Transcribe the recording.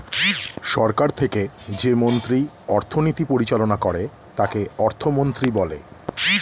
সরকার থেকে যে মন্ত্রী অর্থনীতি পরিচালনা করে তাকে অর্থমন্ত্রী বলে